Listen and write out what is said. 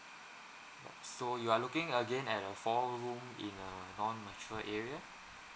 so you are looking again at a four room in a non mature area